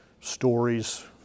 stories